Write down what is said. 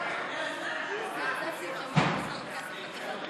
2 נתקבלו.